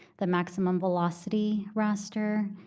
the maximum velocity raster,